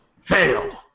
Fail